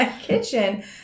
kitchen